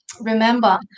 remember